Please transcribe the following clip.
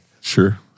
Sure